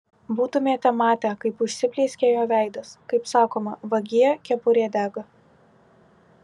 būtumėte matę kaip užsiplieskė jo veidas kaip sakoma vagie kepurė dega